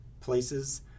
places